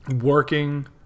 working